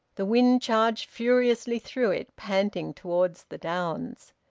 the wind charged furiously through it, panting towards the downs.